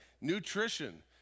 nutrition